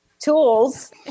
Tools